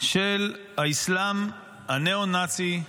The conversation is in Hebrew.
של האסלאם הניאו-נאצי,